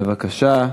בבקשה.